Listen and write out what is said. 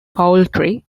poultry